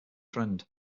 friend